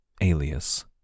alias